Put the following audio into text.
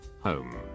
home